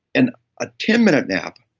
and a ten minute nap,